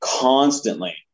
constantly